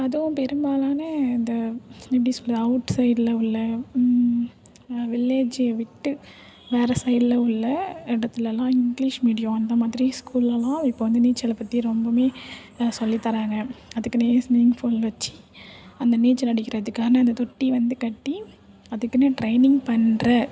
அதுவும் பெரும்பாலான இதை எப்படி சொல்கிறது அவுட்சைடில் உள்ள வில்லேஜை விட்டு வேறு சைடில் உள்ள இடத்துலலாம் இங்கிலிஷ் மீடியம் அந்த மாதிரி ஸ்கூல்லேலாம் இப்போ வந்து நீச்சலை பற்றி ரொம்பவுமே சொல்லித்தர்றாங்க அதுக்குனே சும்மிங் பூல் வச்சு அந்த நீச்சல் அடிக்கிறதுக்கான அந்த தொட்டி வந்து கட்டி அதுக்குன்னு ட்ரைனிங் பண்ற